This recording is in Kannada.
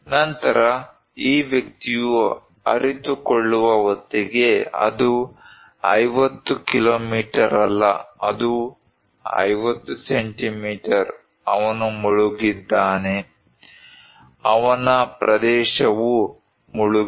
ನಂತರ ಈ ವ್ಯಕ್ತಿಯು ಅರಿತುಕೊಳ್ಳುವ ಹೊತ್ತಿಗೆ ಅದು 50 ಕಿಲೋಮೀಟರ್ ಅಲ್ಲ ಅದು 50 ಸೆಂಟಿಮೀಟರ್ ಅವನು ಮುಳುಗಿದ್ದಾನೆ ಅವನ ಪ್ರದೇಶವು ಮುಳುಗಿದೆ